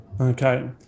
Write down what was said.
Okay